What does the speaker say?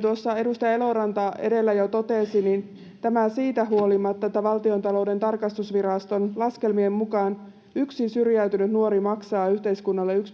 tuossa edustaja Eloranta edellä jo totesi, niin tämä siitä huolimatta, että Valtiontalouden tarkastusviraston laskelmien mukaan yksi syrjäytynyt nuori maksaa yhteiskunnalle 1,2